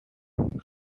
which